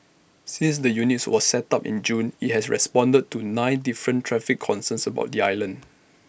since the units was set up in June IT has responded to nine different traffic concerns about the island